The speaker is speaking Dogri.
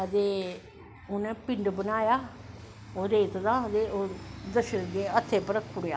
ते उनें पिंड बनाया ओह् रेत दा ते ओह् दशरथ दे हत्थे पर रक्खी ओड़ेआ